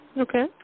Okay